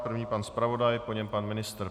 První pan zpravodaj, po něm pan ministr.